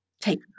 take